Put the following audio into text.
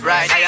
Right